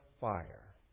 fire